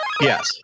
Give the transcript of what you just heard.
Yes